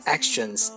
Actions